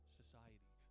society